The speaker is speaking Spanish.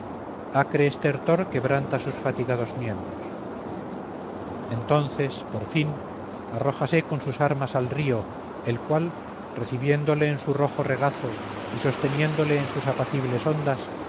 respirar acre estertor quebranta sus fatigados miembros entonces por fin arrójase con sus armas al río el cual recibiéndole en su rojo regazo y sosteniéndole en sus apacibles ondas